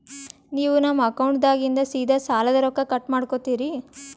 ನೀವು ನಮ್ಮ ಅಕೌಂಟದಾಗಿಂದ ಸೀದಾ ಸಾಲದ ರೊಕ್ಕ ಕಟ್ ಮಾಡ್ಕೋತೀರಿ?